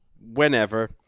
whenever